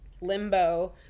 limbo